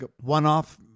one-off